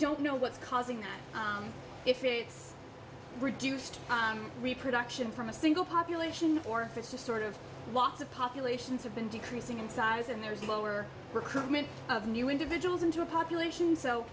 don't know what's causing if it's reduced reproduction from a single population or if it's just sort of lots of populations have been decreasing in size and there's lower recruitment of new individuals into a population so